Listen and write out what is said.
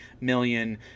million